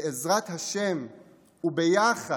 בעזרת השם וביחד